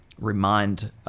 remind